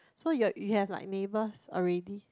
so you are you have like neighbours already